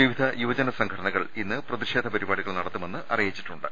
വിവിധ യുവജന സംഘടനകൾ ഇന്ന് പ്രതിഷേധ പരിപാടികൾ നടത്തുമെന്ന് അറിയിച്ചിട്ടുണ്ട്